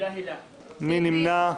מי נמנע?